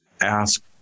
ask